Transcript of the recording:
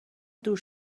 دور